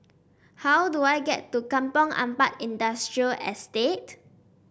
how do I get to Kampong Ampat Industrial Estate